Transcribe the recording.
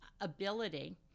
ability